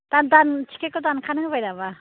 दा दान टिकेटखौ दानखानो होबाय नामा